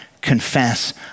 confess